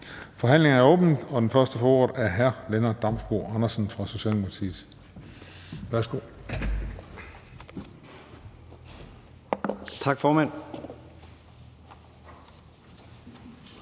Forhandlingen er åbnet, og den første, der får ordet, er hr. Lennart Damsbo-Andersen fra Socialdemokratiet. Værsgo. Kl.